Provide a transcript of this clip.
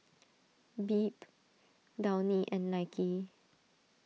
Bebe Downy and Nike